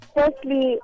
Firstly